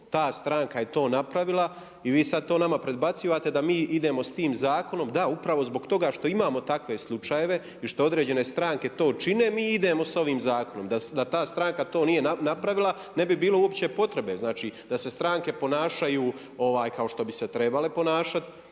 ta stranka je to napravila i vi sad to nama predbacujete da mi idemo s tim zakonom, da upravo zbog toga što imamo takve slučajeve i što određene stranke to čine mi idemo s ovim zakonom. Da ta stranka to nije napravila ne bi bilo uopće potrebe. Znači da se stranke ponašaju kao što bi se trebale ponašat,